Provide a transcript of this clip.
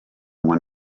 when